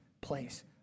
place